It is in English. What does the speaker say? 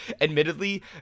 admittedly